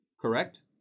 correct